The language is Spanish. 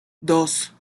dos